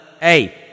hey